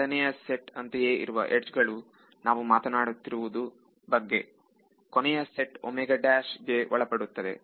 ಎರಡನೆಯ ಸೆಟ್ ಅಂತೆಯೇ ಇರುವ ಎಡ್ಜ್ ಗಳು ನಾವು ಮಾತಾಡುತ್ತಿರುವುದು ಬಗ್ಗೆ ಕೊನೆಯ ಸೆಟ್ ಇದಕ್ಕೆ ಒಳಪಡುತ್ತದೆ